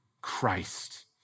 Christ